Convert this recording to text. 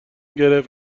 گرفت